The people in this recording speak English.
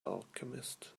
alchemist